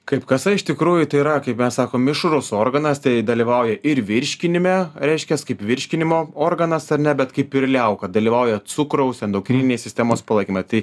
kaip kasa iš tikrųjų tai yra kaip mes sakom mišrus organas tai dalyvauja ir virškinime reiškias kaip virškinimo organas ar ne bet kaip ir liauka dalyvauja cukraus endokrininės sistemos palaikyme tai